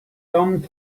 done